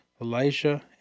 Elijah